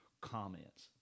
comments